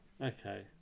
Okay